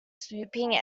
swooping